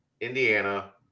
Indiana